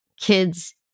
kids